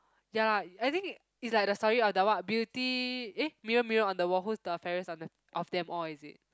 ya lah I think is like the story of the what beauty eh Mirror Mirror on the Wall who's the fairest on d~ of them all is it